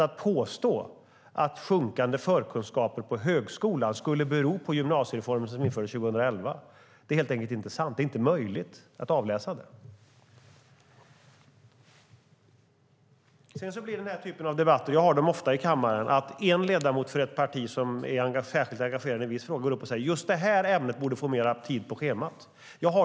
Att sjunkande förkunskaper på högskolan skulle bero på den gymnasiereform som infördes 2011 är helt enkelt inte sant. Det är inte möjligt att avläsa det. Jag har ofta denna typ av debatt i kammaren. En ledamot som är särskilt engagerad i ett visst ämne menar att just det ämnet borde får mer tid på schemat.